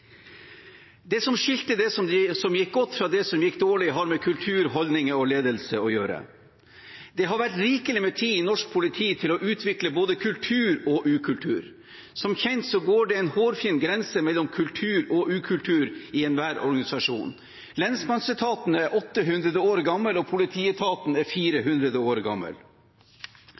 Det som skilte det som gikk godt, fra det som gikk dårlig, har med kultur, holdninger og ledelse å gjøre. Det har vært rikelig med tid i norsk politi til å utvikle både kultur og ukultur. Som kjent går det en hårfin grense mellom kultur og ukultur i enhver organisasjon. Lensmannsetaten er 800 år gammel, og politietaten er 400 år gammel.